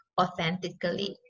authentically